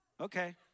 okay